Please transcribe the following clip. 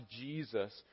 Jesus